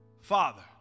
Father